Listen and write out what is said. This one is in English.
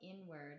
inward